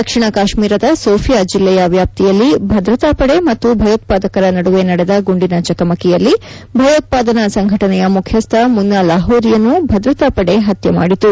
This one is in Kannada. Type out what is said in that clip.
ದಕ್ಷಿಣ ಕಾಶೀರದ ಸೋಫೀಯಾ ಜಿಲ್ಲೆಯ ವ್ಯಾಪ್ತಿಯಲ್ಲಿ ಭದ್ರತಾಪಡೆ ಮತ್ತು ಭಯೋತ್ಪಾದಕರ ನಡುವೆ ನಡೆದ ಗುಂಡಿನ ಚಕಮಕಿಯಲ್ಲಿ ಭಯೋತ್ಪಾದನಾ ಸಂಘಟನೆಯ ಮುಖ್ಲಸ್ವ ಮುನ್ನಾ ಲಾಹೋರಿಯನ್ನು ಭದ್ರತಾಪಡೆ ಹತ್ಲೆ ಮಾಡಿತು